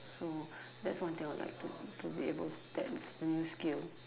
so that's one thing I would like to to be able that's the new skill